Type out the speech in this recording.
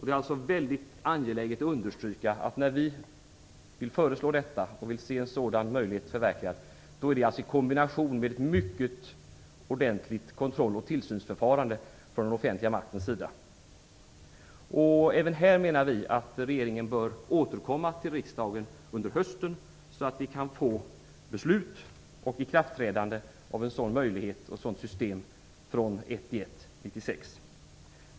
Det är alltså väldigt angeläget att understryka, att när vi vill föreslå detta och vill se en sådan möjlighet förverkligad, är det i kombination med ett mycket ordentligt kontrolloch tillsynsförfarande från den offentliga maktens sida. Även här menar vi att regeringen bör återkomma till riksdagen under hösten, så att vi kan få beslut och ikraftträdande av en sådan möjlighet och ett sådant system från den 1 januari 1996.